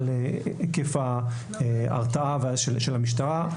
על היקף ההרתעה של המשטרה,